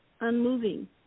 unmoving